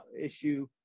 issue